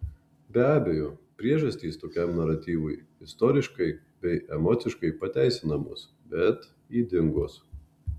be abejo priežastys tokiam naratyvui istoriškai bei emociškai pateisinamos bet ydingos